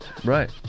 right